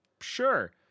sure